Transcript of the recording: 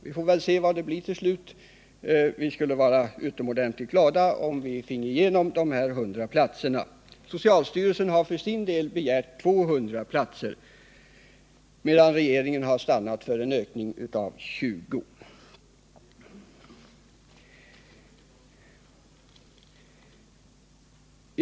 Vi får se vad resultatet blir till slut. Vi skulle vara utomordentligt glada om vi finge igenom ett beslut om ökning med 100 platser. Socialstyrelsen har för sin del begärt en ökning med 200 platser, medan regeringen har stannat för en ökning med 20 platser.